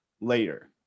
later